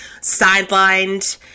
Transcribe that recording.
sidelined